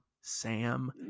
Sam